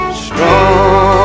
strong